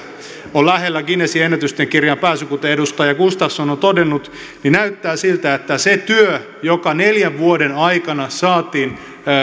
on lähellä guinnessin ennätysten kirjaan pääsy kuten edustaja gustafsson on todennut näyttää siltä että se työ jolla neljän vuoden aikana saatiin